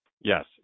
Yes